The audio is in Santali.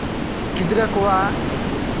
ᱜᱤᱫᱽᱨᱟᱹ ᱠᱚᱣᱟᱜ